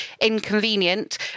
inconvenient